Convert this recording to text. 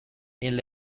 est